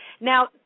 now